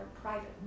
private